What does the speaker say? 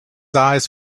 eyes